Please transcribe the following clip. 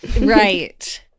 Right